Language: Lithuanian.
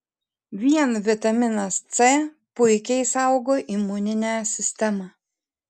vien vitaminas c puikiai saugo imuninę sistemą